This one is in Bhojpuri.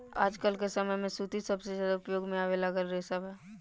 आजकल के समय में सूती सबसे ज्यादा उपयोग में आवे वाला रेशा बा